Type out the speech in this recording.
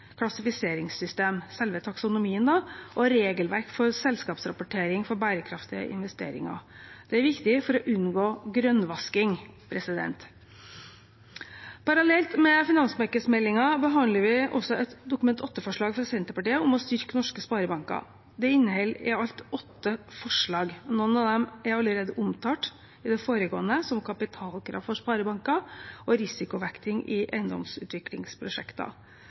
klassifiseringssystem, selve taksonomien og regelverk for selskapsrapportering for bærekraftige investeringer. Det er viktig for å unngå grønnvasking. Parallelt med finansmarkedsmeldingen behandler vi også et Dokument 8-forslag fra Senterpartiet, om å styrke norske sparebanker. Det inneholder i alt åtte forslag. Noen av dem er allerede omtalt i det foregående, som kapitalkrav for sparebanker og risikovekting i eiendomsutviklingsprosjekter.